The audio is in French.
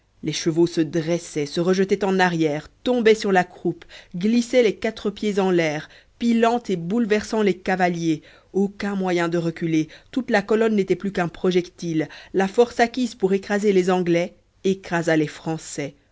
les chevaux se dressaient se rejetaient en arrière tombaient sur la croupe glissaient les quatre pieds en l'air pilant et bouleversant les cavaliers aucun moyen de reculer toute la colonne n'était plus qu'un projectile la force acquise pour écraser les anglais écrasa les français